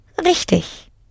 Richtig